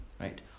Right